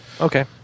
Okay